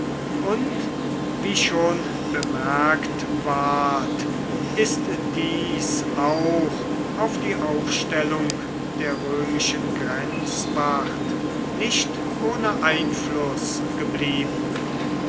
und wie schon bemerkt ward ist dies auch auf die aufstellung der römischen grenzwacht nicht ohne einfluß geblieben